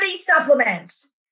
supplements